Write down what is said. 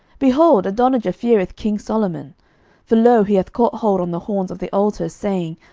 behold, adonijah feareth king solomon for, lo, he hath caught hold on the horns of the altar, saying,